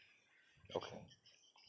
okay